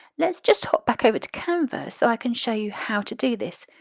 let's just hop back over to canva so i can show you how to do this.